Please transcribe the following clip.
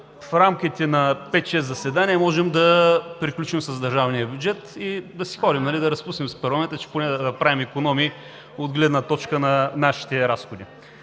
в рамките на пет-шест заседания можем да приключим с държавния бюджет и да си ходим – да разпуснем парламента и да направим икономии от гледна точка на нашите разходи.